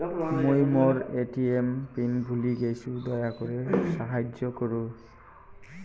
মুই মোর ATM PIN ভুলে গেইসু, দয়া করি সাহাইয্য করুন